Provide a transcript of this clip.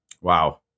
Wow